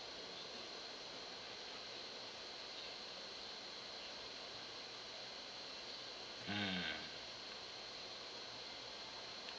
mm